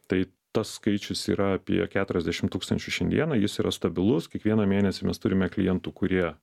tai tas skaičius yra apie keturiasdešim tūkstančių šiandieną jis yra stabilus kiekvieną mėnesį mes turime klientų kurie